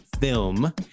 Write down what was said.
film